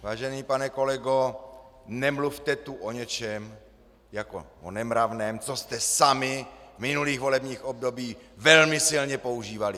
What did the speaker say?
Vážený pane kolego, nemluvte tu o něčem jako o nemravném, co jste sami v minulých volebních obdobích velmi silně používali!